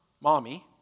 mommy